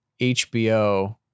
HBO